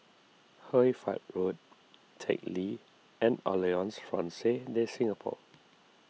Hoy Fatt Road Teck Lee and Alliance Francaise De Singapour